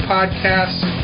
Podcasts